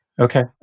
Okay